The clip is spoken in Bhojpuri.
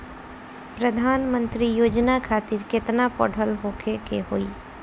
प्रधानमंत्री योजना खातिर केतना पढ़ल होखे के होई?